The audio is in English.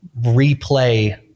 replay